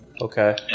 okay